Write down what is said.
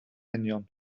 union